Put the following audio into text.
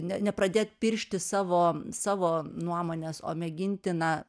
ne nepradėt piršti savo savo nuomonės o mėginti na